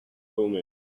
omen